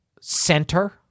center